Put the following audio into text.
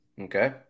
Okay